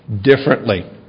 differently